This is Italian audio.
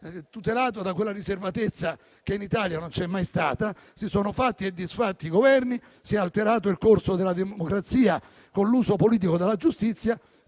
tutelato da quella riservatezza che in Italia non c'è mai stata. Si sono fatti e disfatti Governi, si è alterato il corso della democrazia con l'uso politico della giustizia